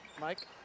Mike